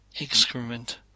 excrement